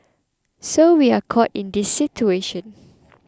so we are caught in this situation